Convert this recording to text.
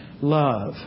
love